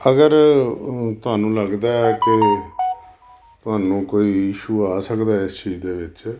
ਅਗਰ ਤੁਹਾਨੂੰ ਲੱਗਦਾ ਹੈ ਕਿ ਤੁਹਾਨੂੰ ਕੋਈ ਇਸ਼ੂ ਆ ਸਕਦਾ ਇਸ ਚੀਜ਼ ਦੇ ਵਿੱਚ